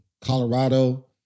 Colorado